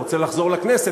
הוא רוצה לחזור לכנסת,